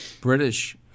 British